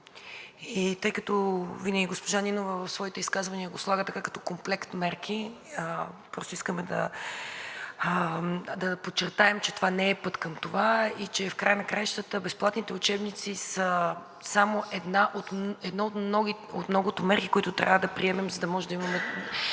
И тъй като винаги госпожа Нинова в своите изказвания го слага като комплект мерки, просто искаме да подчертаем, че това не е път към това и че в края на краищата безплатните учебници са само една от многото мерки, които трябва да приемем, за да може да имаме